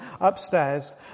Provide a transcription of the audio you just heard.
upstairs